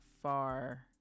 far